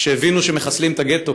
כשהבינו שמחסלים את הגטו,